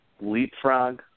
leapfrog